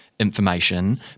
information